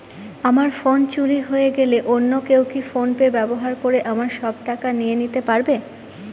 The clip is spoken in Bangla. আমার ফোন চুরি হয়ে গেলে অন্য কেউ কি ফোন পে ব্যবহার করে আমার সব টাকা নিয়ে নিতে পারবে?